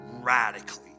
radically